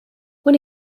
when